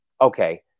okay